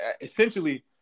essentially